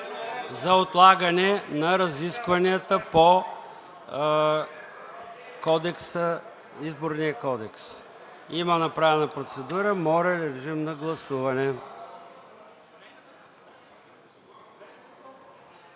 за отлагане на разискванията по Изборния кодекс. Има направена процедура – моля, режим на гласуване.